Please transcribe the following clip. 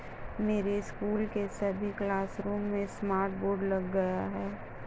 मेरे स्कूल के सभी क्लासरूम में स्मार्ट बोर्ड लग गए हैं